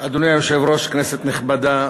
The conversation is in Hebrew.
אדוני היושב-ראש, כנסת נכבדה,